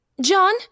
John